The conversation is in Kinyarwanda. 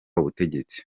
ubutegetsi